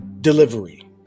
delivery